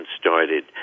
started